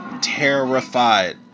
terrified